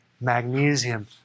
magnesium